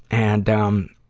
and, um,